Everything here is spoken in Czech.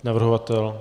Navrhovatel?